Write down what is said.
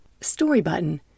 Storybutton